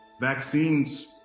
Vaccines